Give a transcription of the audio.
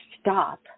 stop